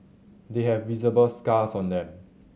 they have visible scars on them